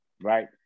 Right